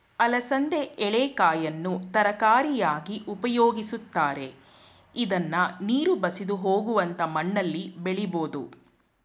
ಅಲಸಂದೆ ಎಳೆಕಾಯನ್ನು ತರಕಾರಿಯಾಗಿ ಉಪಯೋಗಿಸ್ತರೆ, ಇದ್ನ ನೀರು ಬಸಿದು ಹೋಗುವಂತ ಮಣ್ಣಲ್ಲಿ ಬೆಳಿಬೋದು